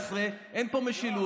אתם לא רציתם.